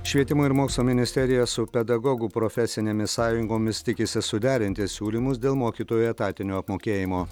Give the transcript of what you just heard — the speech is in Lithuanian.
švietimo ir mokslo ministerija su pedagogų profesinėmis sąjungomis tikisi suderinti siūlymus dėl mokytojų etatinio apmokėjimo